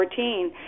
2014